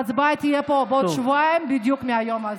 ההצבעה תהיה פה בעוד שבועיים בדיוק מהיום הזה.